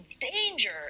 danger